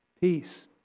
Peace